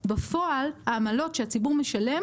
בפועל, העמלות שהציבור משלם